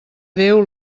déu